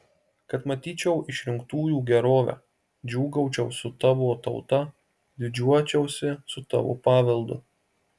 kad matyčiau išrinktųjų gerovę džiūgaučiau su tavo tauta didžiuočiausi su tavo paveldu